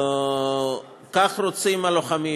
כך רוצים הלוחמים,